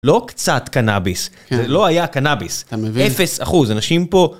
לא קצת קנאביס, זה לא היה קנאביס, אפס אחוז אנשים פה.